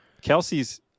Kelsey's